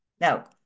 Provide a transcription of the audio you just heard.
Now